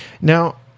Now